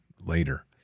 later